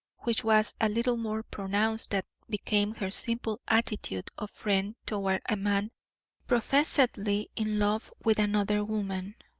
which was a little more pronounced than became her simple attitude of friend toward a man professedly in love with another woman,